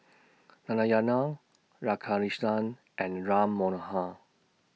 Narayana Radhakrishnan and Ram Manohar